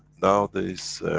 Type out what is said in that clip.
now there is.